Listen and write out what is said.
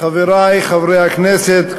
חברי חברי הכנסת,